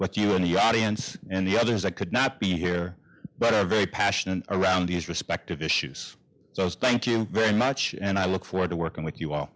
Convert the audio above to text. but you in the audience and the others i could not be here but are very passionate around these respective issues so thank you very much and i look forward to working with you a